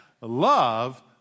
love